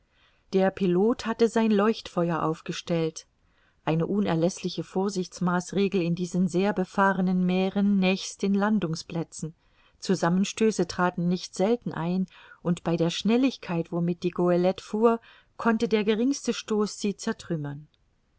der pilot hatte sein leuchtfeuer aufgestellt eine unerläßliche vorsichtsmaßregel in diesen sehr befahrenen meeren nächst den landungsplätzen zusammenstöße traten nicht selten ein und bei der schnelligkeit womit die goelette fuhr konnte der geringste stoß sie zertrümmern